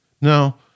Now